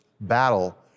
battle